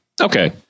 Okay